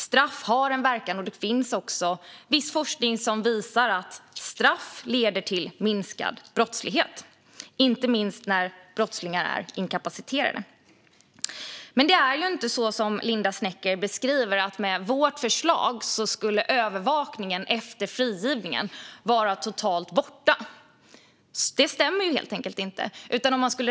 Straff har en verkan, och viss forskning visar att straff leder till minskad brottslighet, inte minst när brottslingar är inkapaciterade. Linda Snecker påstår att med vårt förslag skulle övervakningen efter frigivningen försvinna. Det stämmer inte.